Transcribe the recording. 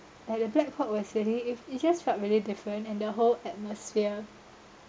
at the black pork was really if it just felt really different and the whole atmosphere